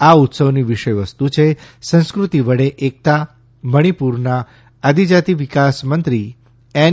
આ ઉત્સવની વિષય વસ્તુ છે સંસ્કૃતિ વડે એકતા મણિપુરના આદિજાતી વિકાસમંત્રી એન